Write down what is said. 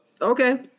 Okay